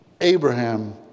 Abraham